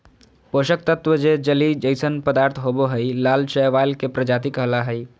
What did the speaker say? पोषक तत्त्व जे जेली जइसन पदार्थ होबो हइ, लाल शैवाल के प्रजाति कहला हइ,